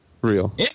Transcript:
Real